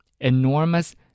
enormous